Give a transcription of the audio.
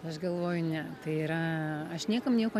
aš galvoju ne tai yra aš niekam nieko